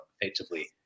effectively